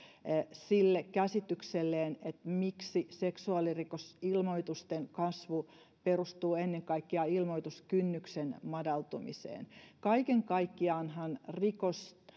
sille käsitykselleen että seksuaalirikosilmoitusten kasvu perustuu ennen kaikkea ilmoituskynnyksen madaltumiseen kaiken kaikkiaanhan